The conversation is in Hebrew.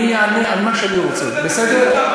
אני אענה על מה שאני רוצה, בסדר?